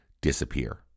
disappear